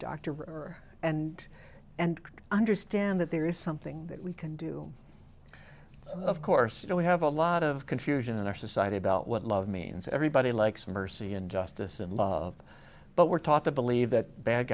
dr and and understand that there is something that we can do of course you know we have a lot of confusion in our society about what love means everybody likes mercy and justice and love but we're taught to believe that bad